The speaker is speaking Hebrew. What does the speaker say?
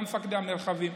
גם עם מפקדי המרחבים.